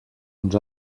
ens